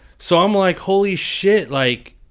so i'm like, holy shit. like,